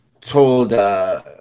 told